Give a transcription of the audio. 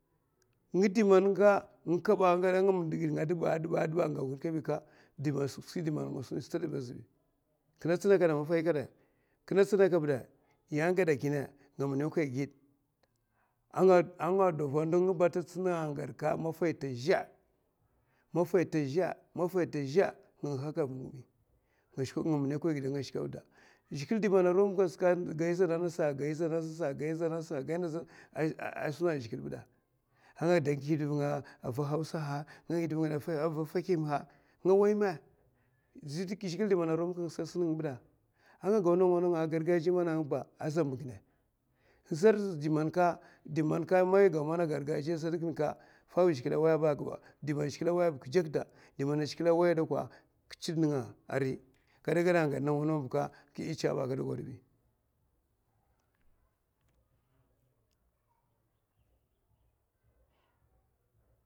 Nga dimanka nga nga a nga mudgiè nga adɗba kaɓi sa nga winè koy giè fa, yè gaèa kinè nga maffay kaɓi èa nga winèkoy giè, a nga atunga ba ata goèka maffa hi ta zhè mafa hi ta zhè, zhigilè man a romkaèa gai zana ngasa gai zana a ngasa a suna a zhigilè ɓèèa? A nga nguh da vunga ava a hausa hi a nga nguh da vunga a va a fèkim'hi zhigilè di man arom kanga sa a sun nga ɓida? A nga gau nawa nawa ko sartɗ man a gargaja ba amba ginè di man zhigilè a da wayaɓa, di mana zhigilè a waya ɓi kɗ jakda, zhigilè a waya sa kɗ chid nènga ariy, kada gada